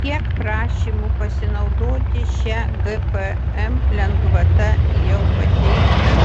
kiek prašymų pasinaudoti šia gpm lengvata jau pateikta